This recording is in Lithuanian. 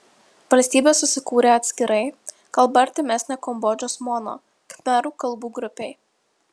valstybė susikūrė atskirai kalba artimesnė kambodžos mono khmerų kalbų grupei